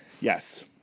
Yes